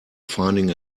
finding